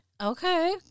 Okay